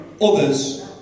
others